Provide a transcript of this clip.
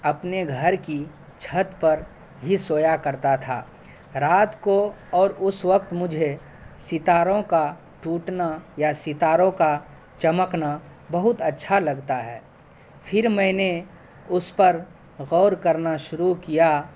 اپنے گھر کی چھت پر ہی سویا کرتا تھا رات کو اور اس وقت مجھے ستاروں کا ٹوٹنا یا ستاروں کا چمکنا بہت اچھا لگتا ہے پھر میں نے اس پر غور کرنا شروع کیا